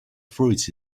fruits